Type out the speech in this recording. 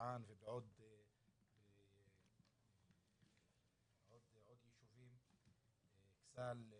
בטורען ובעוד יישובים, באכסאל,